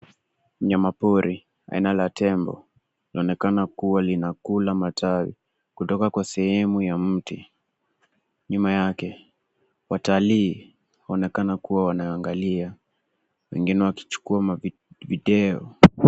Myama pori aina la tembo, anaonekana kuwa linakula matawi kutoka kwa sehemu ya mti. Nyuma yake watalii wanaonekana kuwa wanaangalia wengine wakichukuwa mavideo.